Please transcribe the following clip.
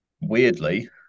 Weirdly